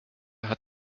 hat